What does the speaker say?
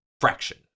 fraction